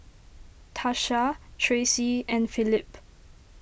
Tasha Tracie and Philip